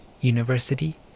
university